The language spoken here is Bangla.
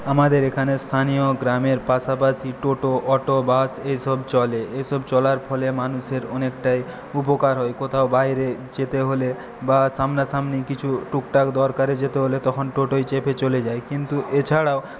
আমাদের এখানে স্থানীয় গ্রামের পাশাপাশি টোটো অটো বাস এসব চলে এসব চলার ফলে মানুষের অনেকটাই উপকার হয় কোথাও বাইরে যেতে হলে বা সামনা সামনি কিছু টুকটাক দরকারে যেতে হলে তখন টোটোয় চেপে চলে যায় কিন্তু এছাড়াও